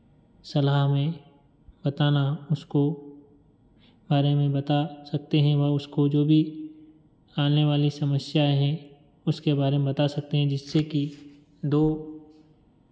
सलाह में बताना उसको बारे में बता सकते हैं या उसको जो भी आने वाली समस्या है उसके बारे में बता सकते हैं जिससे कि दो